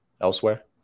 elsewhere